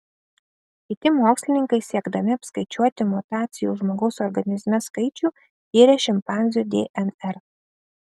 kiti mokslininkai siekdami apskaičiuoti mutacijų žmogaus organizme skaičių tyrė šimpanzių dnr